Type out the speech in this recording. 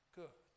good